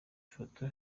foto